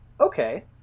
Okay